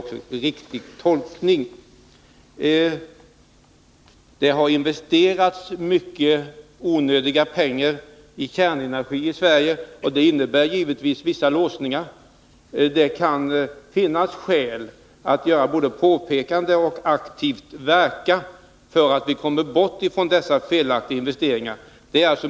Det har i Sverige investerats mycket pengar i onödan i kärnenergi, och det innebär givetvis att det uppstått vissa låsningar. Det kan finnas skäl både att göra påpekanden om och att aktivt verka för att vi skall komma bort från dessa felaktiga investeringar.